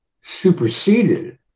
superseded